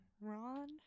Ron